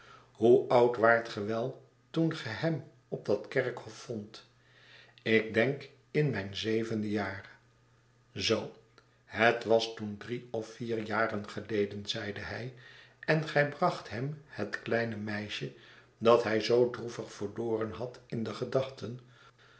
hoe oud waart ge wel toen ge hem op dat kerkhof vondt ik denk in mijn zevende jaar zoo het was toen drie of vier jaren geleden zeide hij en gij bracht hem het kleine meisje dat hij zoo droevig verloren had in de gedachten